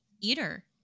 eater